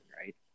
right